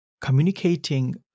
communicating